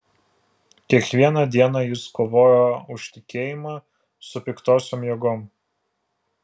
kiekvieną dieną jis kovojo už tikėjimą su piktosiom jėgom